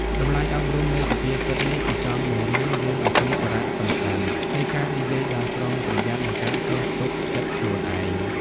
តម្លៃអប់រំនៃសុភាសិតនេះគឺបង្រៀនយើងអំពីសារៈសំខាន់នៃការនិយាយដោយប្រុងប្រយ័ត្ន និងការចេះទប់ចិត្តខ្លួនឯង។